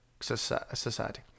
society